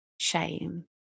shame